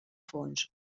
fons